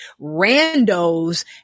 randos